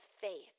faith